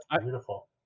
beautiful